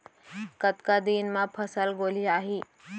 कतका दिन म फसल गोलियाही?